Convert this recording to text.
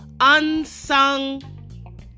unsung